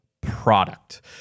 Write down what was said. product